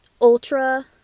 ultra